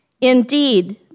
Indeed